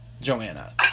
Joanna